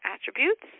attributes